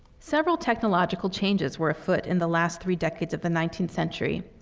several technological changes were afoot in the last three decades of the nineteenth century.